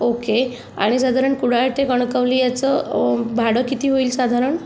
okay आणि साधारण कुडाळ ते कणकवली याचं भाडं किती होईल साधारण